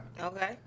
Okay